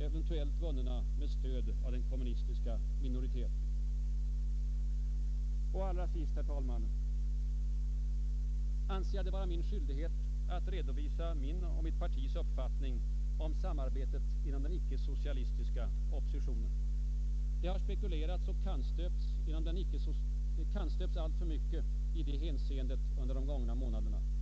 eventuellt vunna med stöd av den kommunistiska minoriteten. Och allra sist, herr talman, anser jag det vara min skyldighet att redovisa min och mitt partis uppfattning om samarbetet inom den icke-socialistiska oppositionen. Det har spekulerats och kannstöpts alltför mycket i det hänseendet under de gångna månaderna.